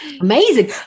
Amazing